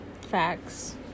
Facts